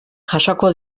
jasoko